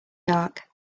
dark